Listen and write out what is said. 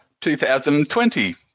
2020